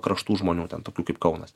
kraštų žmonių ten tokių kaip kaunas